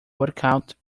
workout